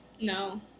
No